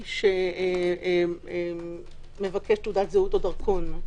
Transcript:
מי שמבקש תעודת זהות או דרכון,